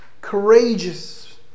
courageous